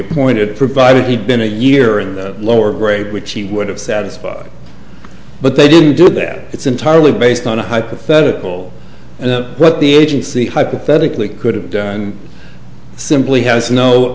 appointed provided he'd been a year in the lower grade which he would have satisfied but they didn't do that it's entirely based on a hypothetical and what the agency hypothetically could have done simply has no